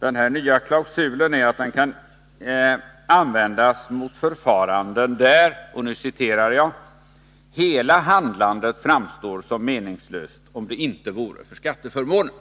den nya klausulen kan användas mot förfaranden ”där hela handlandet framstår som meningslöst om det inte vore för skatteförmånen”.